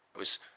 was